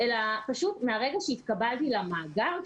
אלא פשוט מהרגע שהתקבלתי למאגר,